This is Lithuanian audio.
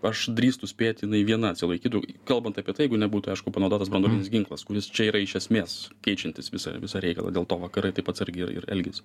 aš drįstu spėt jinai viena atsilaikytų kalbant apie tai jeigu nebūtų aišku panaudotas branduolinis ginklas kuris čia yra iš esmės keičiantis visą visą reikalą dėl to vakarai taip atsargiai ir ir elgiasi